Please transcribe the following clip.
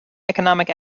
economic